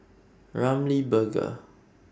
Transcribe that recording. Ramly Burger